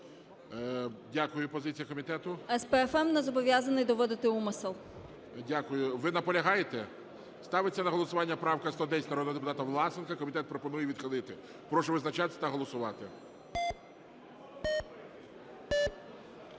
О.М. З ПФМ не зобов'язаний доводити умисел. ГОЛОВУЮЧИЙ. Дякую. Ви наполягаєте? Ставиться на голосування правка 110 народного депутата Власенка. Комітет пропонує відхилити. Прошу визначатися та голосувати.